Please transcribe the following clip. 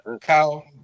Kyle